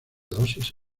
dosis